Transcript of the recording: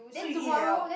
so you in and out